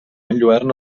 enlluerna